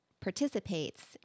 participates